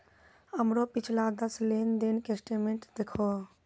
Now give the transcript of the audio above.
हमरो पिछला दस लेन देन के स्टेटमेंट देहखो